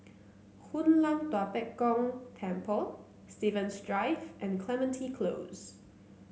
Hoon Lam Tua Pek Kong Temple Stevens Drive and Clementi Close